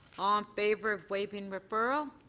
um favor of waiving referral.